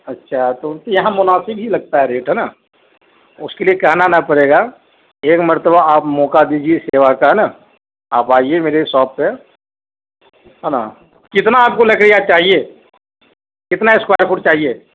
اچھا تو یہاں مناسب ہی لگتا ہے ریٹ ہے نا اس کے لیے کہنا نہ پڑے گا ایک مرتبہ آپ موقع دیجیے سیوا کا ہے نا آپ آئیے میرے شاپ پہ ہے نا کتنا آپ کو لکڑیاں چاہیے کتنا اسکوائر فٹ چاہیے